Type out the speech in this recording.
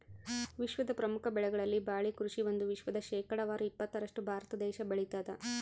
ವಿಶ್ವದ ಪ್ರಮುಖ ಬೆಳೆಗಳಲ್ಲಿ ಬಾಳೆ ಕೃಷಿ ಒಂದು ವಿಶ್ವದ ಶೇಕಡಾವಾರು ಇಪ್ಪತ್ತರಷ್ಟು ಭಾರತ ದೇಶ ಬೆಳತಾದ